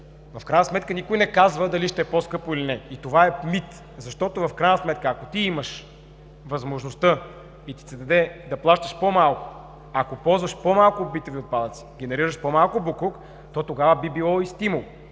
В крайна сметка никой не казва дали ще е по-скъпо, или не и това е мит, защото, в крайна сметка, ако ти имаш възможността и ти се даде да плащаш по-малко, ако ползваш по-малко битови отпадъци, генерираш по-малко боклук, то тогава би било и стимул.